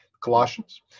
Colossians